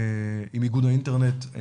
עם איגוד האינטרנט.